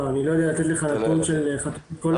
לא, אני לא יודע לתת לך כמות של חתונות בכל לילה.